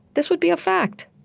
this would be a fact.